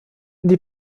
die